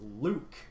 Luke